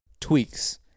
tweaks